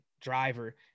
driver